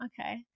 Okay